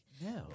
No